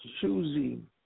choosing